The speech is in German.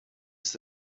ist